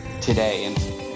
today